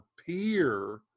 appear